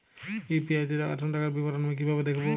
UPI তে পাঠানো টাকার বিবরণ আমি কিভাবে দেখবো?